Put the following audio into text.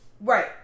Right